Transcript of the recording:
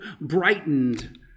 brightened